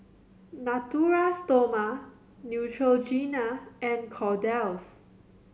Natura Stoma Neutrogena and Kordel's